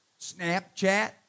Snapchat